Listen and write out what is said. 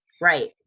Right